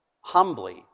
humbly